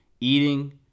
eating